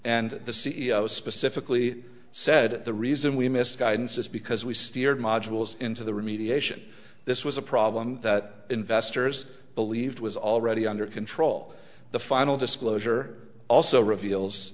and the c e o specifically said the reason we missed guidance is because we steered modules into the remediation this was a problem that investors believed was already under control the final disclosure also reveals